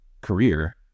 career